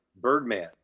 Birdman